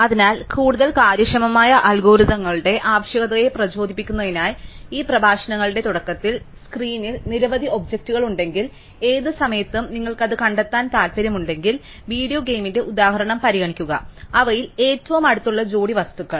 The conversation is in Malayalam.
അതിനാൽ കൂടുതൽ കാര്യക്ഷമമായ അൽഗോരിതങ്ങളുടെ ആവശ്യകതയെ പ്രചോദിപ്പിക്കുന്നതിനായി ഈ പ്രഭാഷണങ്ങളുടെ തുടക്കത്തിൽ സ്ക്രീനിൽ നിരവധി ഒബ്ജക്റ്റുകളുണ്ടെങ്കിൽ ഏത് സമയത്തും നിങ്ങൾക്ക് അത് കണ്ടെത്താൻ താൽപ്പര്യമുണ്ടെങ്കിൽ വീഡിയോ ഗെയിമിന്റെ ഉദാഹരണം പരിഗണിക്കുക അവയിൽ ഏറ്റവും അടുത്തുള്ള ജോഡി വസ്തുക്കൾ